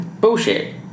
Bullshit